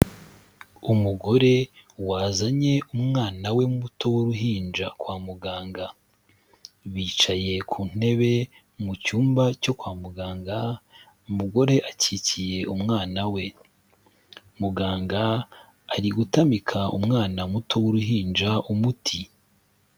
Umugore wazanye umwana we muto w'uruhinja kwa muganga, bicaye ku ntebe mu cyumba cyo kwa muganga, umugore akikiye umwana we, muganga ari gutamika umwana muto w'uruhinja umuti.